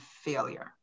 failure